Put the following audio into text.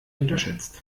unterschätzt